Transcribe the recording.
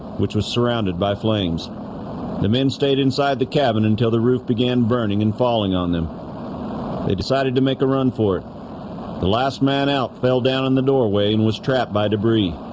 which was surrounded by flames the men stayed inside the cabin until the roof began burning and falling on them they decided to make a run for it the last man out fell down in the doorway and was trapped by debris